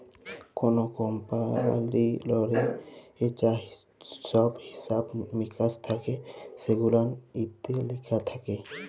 call কমপালিললে যা ছহব হিছাব মিকাস থ্যাকে সেগুলান ইত্যে লিখা থ্যাকে